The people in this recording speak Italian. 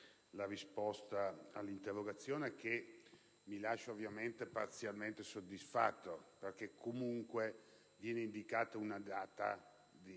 la risposta all'interrogazione, che mi lascia ovviamente parzialmente soddisfatto, perché viene comunque indicata la data del